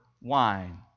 wine